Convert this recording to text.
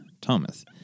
Thomas